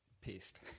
pissed